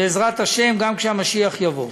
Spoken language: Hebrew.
בעזרת השם, גם כשהמשיח יבוא.